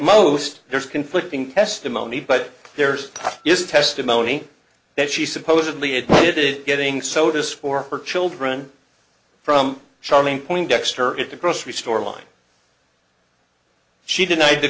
most there's conflicting testimony but there's testimony that she supposedly admitted getting sodas for her children from charming poindexter at the grocery store line she denied the